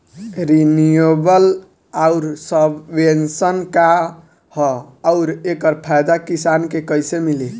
Renewable आउर subvention का ह आउर एकर फायदा किसान के कइसे मिली?